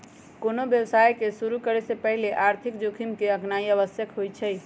कोनो व्यवसाय के शुरु करे से पहिले आर्थिक जोखिम के आकनाइ आवश्यक हो जाइ छइ